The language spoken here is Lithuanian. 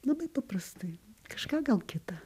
labai paprastai kažką gal kita